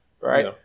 right